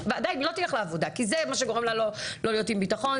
ועדיין לא תלך לעבודה כי זה מה שגורם לה לא להיות עם ביטחון,